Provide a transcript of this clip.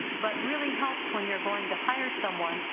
but really helps when you're going to hire someone,